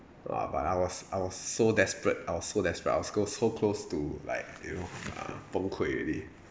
!wah! but I was I was so desperate I was so desperate I was go so close to like you know uh 崩溃 already